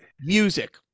Music